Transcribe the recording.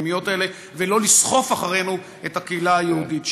הפנימיות האלה ולא לסחוף אחרינו את הקהילה היהודית שם.